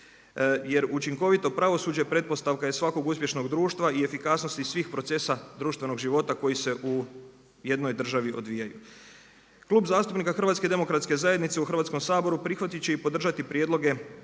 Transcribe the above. jer učinkovito pravosuđe pretpostavka je svakog uspješnog društva i efikasnosti svih procesa društvenog života koji se u jednoj državi odvijaju. Klub zastupnika HDZ-a u Hrvatskom saboru, prihvatit će i podržati prijedloge